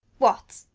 what,